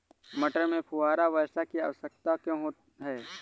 मटर में फुहारा वर्षा की आवश्यकता क्यो है?